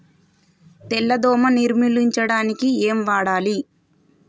తెల్ల దోమ నిర్ములించడానికి ఏం వాడాలి?